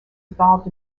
evolved